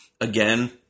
Again